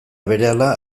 berehala